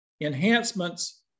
Enhancements